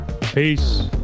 Peace